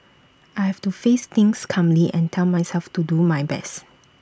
I have to face things calmly and tell myself to do my best